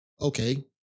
Okay